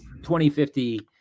2050